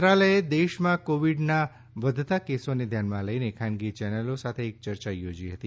મંત્રાલયે દેશમાં કોવિડના વધતા કેસોને ધ્યાનમાં લઇને ખાનગી ચેનલો સાથે એક ચર્ચા યોજી હતી